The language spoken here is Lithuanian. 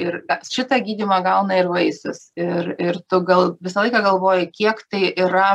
ir šitą gydymą gauna ir vaisius ir ir tu gal visą laiką galvoji kiek tai yra